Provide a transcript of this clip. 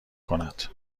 کند